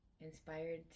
inspired